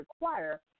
require